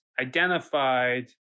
identified